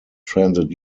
transit